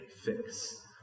fix